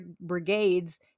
Brigades